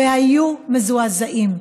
והיו מזועזעים.